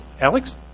Alex